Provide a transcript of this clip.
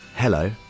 Hello